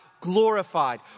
glorified